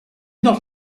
not